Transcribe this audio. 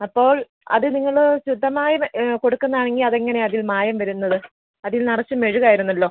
അപ്പോൾ അത് നിങ്ങൾ ശുദ്ധമായി കൊടുക്കുന്ന ആണെങ്കിൽ അത് എങ്ങനെയാണ് അതിൽ മായം വരുന്നത് അതിൽ നിറച്ചും മെഴുക് ആയിരുന്നല്ലോ